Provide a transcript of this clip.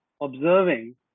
observing